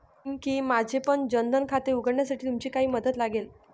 पिंकी, माझेपण जन धन खाते उघडण्यासाठी तुमची काही मदत लागेल